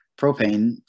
propane